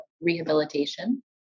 rehabilitation